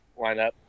lineup